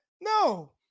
No